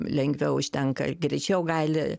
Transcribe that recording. lengviau užtenka greičiau gali